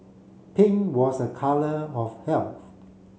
pink was a colour of health